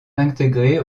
intégré